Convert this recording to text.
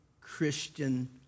Christian